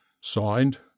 Signed